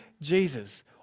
Jesus